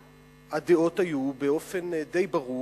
והדעות היו, באופן די ברור,